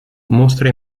mostra